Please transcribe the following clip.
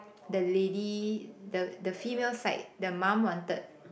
the lady the the female side the mum wanted